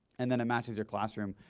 and then it matches your classroom.